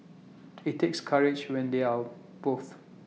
IT takes courage when they are both